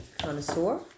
connoisseur